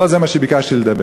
אבל לא על זה ביקשתי לדבר.